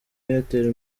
airtel